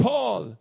Paul